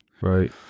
Right